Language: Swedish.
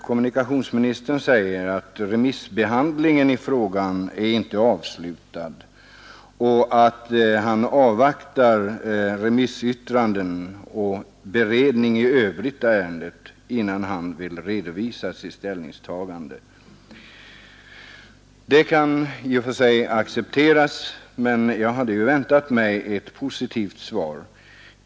Kommunikationsministern säger att remissbehandlingen i frågan inte är avslutad och att han avvaktar remissyttrandena och beredningen i övrigt av ärendet innan han vill redovisa sitt ställningstagande. Detta kan i och för sig accepteras, men jag hade väntat mig ett positivt svar.